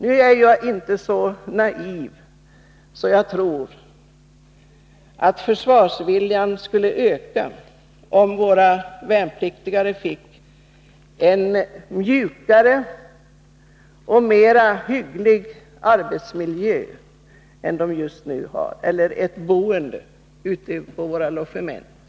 Nu är jag inte så naiv att jag tror att försvarsviljan skulle öka om våra värnpliktiga fick en mjukare och mera hygglig arbetsmiljö — eller boendemiljö på logementen.